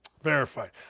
Verified